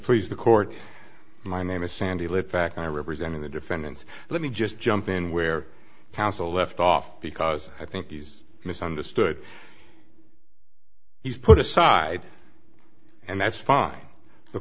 please the court my name is sandy lane fact i'm representing the defendants let me just jump in where counsel left off because i think he's misunderstood he's put aside and that's fine the